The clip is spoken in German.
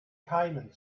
keimen